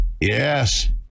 yes